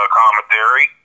commentary